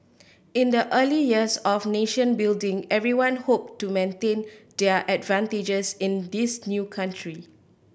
in the early years of nation building everyone hoped to maintain their advantages in this new country